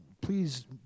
please